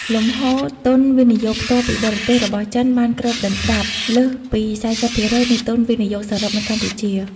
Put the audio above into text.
លំហូរទុនវិនិយោគផ្ទាល់ពីបរទេស របស់ចិនបានគ្របដណ្ដប់លើសពី ៤០% នៃទុនវិនិយោគសរុបនៅកម្ពុជា។